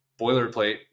boilerplate